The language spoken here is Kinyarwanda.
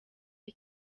cye